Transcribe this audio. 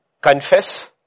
confess